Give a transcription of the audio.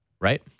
right